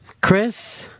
Chris